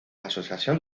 asociación